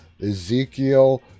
Ezekiel